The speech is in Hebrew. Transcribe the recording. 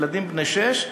ילדים בני שש,